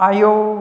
आयौ